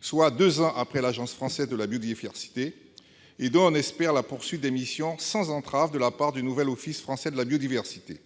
soit, deux ans après l'Agence française de la biodiversité -et dont on espère la poursuite des missions sans entrave de la part du nouvel office français de la biodiversité.